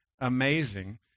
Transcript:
amazing